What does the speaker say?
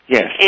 Yes